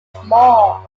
small